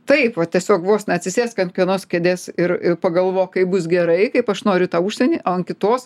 taip va tiesiog vos neatsisėsk an vienos kėdės ir ir pagalvok kaip bus gerai kaip aš noriu į tą užsienį o an kitos